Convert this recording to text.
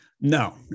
No